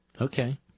Okay